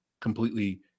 completely